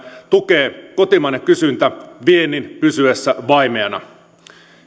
tukee kotimainen kysyntä viennin pysyessä vaimeana